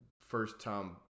first-time